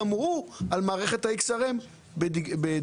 גמרו על מערכת ה-XRM בדיגיטלי.